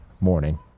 morning